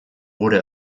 gure